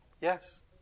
Yes